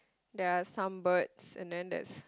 there are some birds and then there's